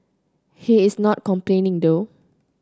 he is not complaining though